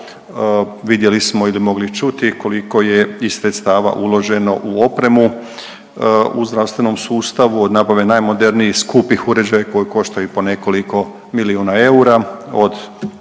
vidjeli smo ili mogli čuti koliko je i sredstava uloženo u opremu u zdravstvenom sustavu, od nabave najmodernijih skupih uređaja koji koštaju po nekoliko milijuna eura,